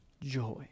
joy